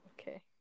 Okay